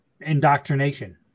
Indoctrination